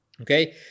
Okay